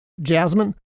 Jasmine